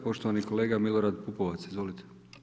Poštovani kolega Milorad Pupovac, izvolite.